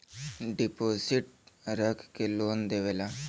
deposit रख के loan देवेला